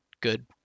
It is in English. good